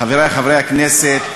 חברי חברי הכנסת,